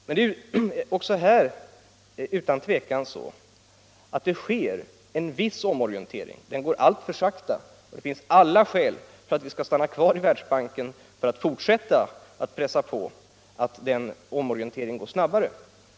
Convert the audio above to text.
Men det är även här utan tvivel så att det sker en viss omorientering. Den går alltför sakta så det finns alla skäl för att vi skall stanna kvar i Världsbanken för att fortsätta pressa på så att omorienteringen går snabbare.